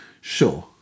Sure